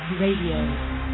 Radio